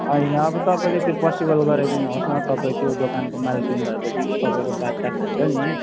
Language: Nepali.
हैन अब तपाईँले त्यो पसिबल गराइदिनुहोस् न तपाईँ त्यो दोकानको माल्किन भएपछि तपाईँको बात त खान्छ नि